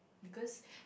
because